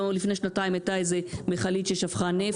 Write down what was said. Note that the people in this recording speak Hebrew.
לא לפני שנתיים הייתה איזה מכלית ששפכה נפט.